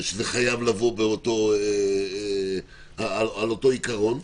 וזה חייב לבוא על אותו עיקרון.